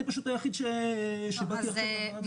אני פשוט היחיד שבאתי לוועדה.